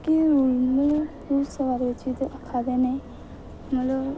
केह् तुस सारा जे किश आक्खा दे न मतलब